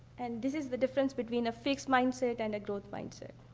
and this is the difference between a fixed mindset and a growth mindset.